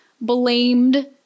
blamed